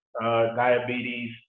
diabetes